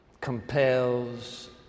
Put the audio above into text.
compels